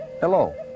Hello